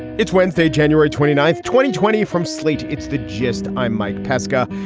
it's wednesday, january twenty ninth, twenty twenty from slate. it's the gist. i'm mike pesca.